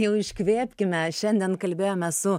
jau iškvėpkime šiandien kalbėjome su